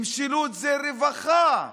משילות זה רווחה.